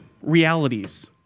realities